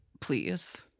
please